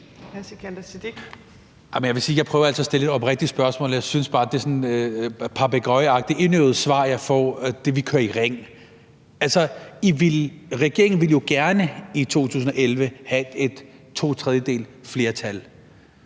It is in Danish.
jeg prøver at stille et helt oprigtigt spørgsmål, og jeg synes bare, at det er sådan papegøjeagtige og indøvede svar, jeg får – vi kører i ring. Regeringen ville jo gerne i 2011 have to tredjedeles flertal,